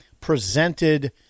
presented